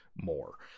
more